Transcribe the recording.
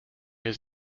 his